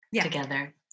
together